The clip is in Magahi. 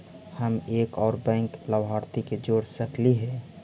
हम एक और बैंक लाभार्थी के जोड़ सकली हे?